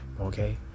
Okay